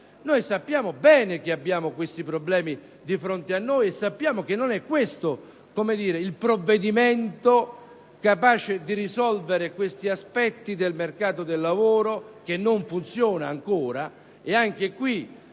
Sappiamo bene che tali problemi sono di fronte a noi e che non è questo il provvedimento capace di risolvere questi aspetti del mercato del lavoro che non funzionano ancora. Anche in